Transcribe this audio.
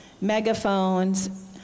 megaphones